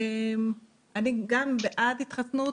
גם אני בעד התחסנות,